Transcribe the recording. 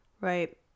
right